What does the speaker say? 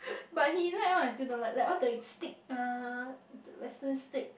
but he like one I still don't like like all the steak ah the western steak